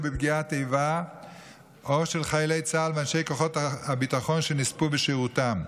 בפגיעת איבה או של חיילי צה"ל ואנשי כוחות הביטחון שנספו בשירותם.